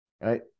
right